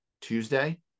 Tuesday